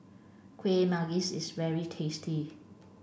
kuih manggis is very tasty